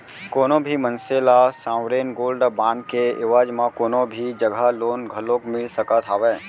कोनो भी मनसे ल सॉवरेन गोल्ड बांड के एवज म कोनो भी जघा लोन घलोक मिल सकत हावय